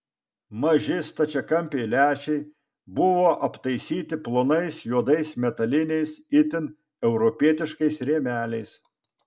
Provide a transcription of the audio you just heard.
maži stačiakampiai lęšiai buvo aptaisyti plonais juodais metaliniais itin europietiškais rėmeliais